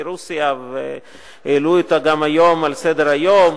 רוסיה והעלו אותה גם היום על סדר-היום,